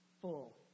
full